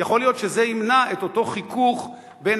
יכול להיות שזה ימנע את אותו חיכוך בין